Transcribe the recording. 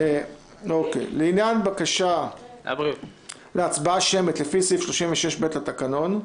לעניין בקשה להצבעה שמית לפי סעיף 36(ב) לתקנון,